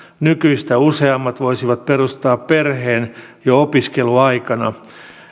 nykyistä useammat voisivat perustaa perheen jo opiskeluaikana